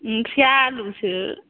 ओंख्रिया आलुसो